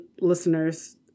listeners